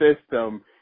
system